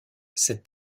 cette